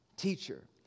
Teacher